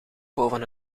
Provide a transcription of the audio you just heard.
boven